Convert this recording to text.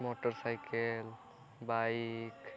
motor cycle bike